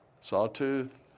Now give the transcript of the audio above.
Sawtooth